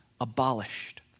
abolished